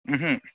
ओमहो